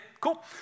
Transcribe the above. cool